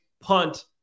punt